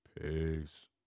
Peace